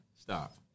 stop